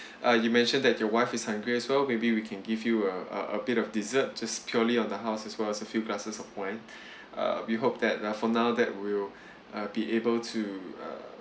uh you mentioned that your wife is hungry so maybe we can give you uh uh a bit of dessert just purely on the house as well as a few glasses of wine uh we hope that uh from now that we'll uh be able to uh